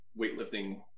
weightlifting